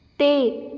ਅਤੇ